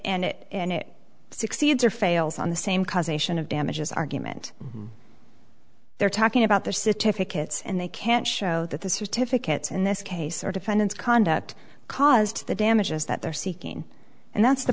and it and it succeeds or fails on the same causation of damages argument they're talking about the city if it hits and they can't show that the certificates in this case are defendants conduct caused the damages that they're seeking and that's the